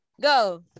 go